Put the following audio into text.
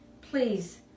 Please